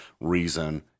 reason